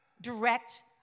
direct